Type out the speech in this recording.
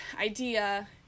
idea